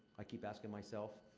i keep asking myself.